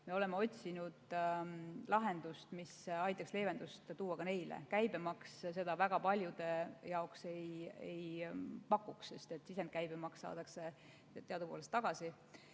me oleme otsinud lahendust, mis aitaks leevendust tuua ka neile. Käibemaksu alandamine seda väga paljudele ei tooks, sest sisendkäibemaks saadakse teadupoolest tagasi.